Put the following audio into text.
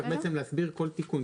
צריך בעצם להסביר כל תיקון.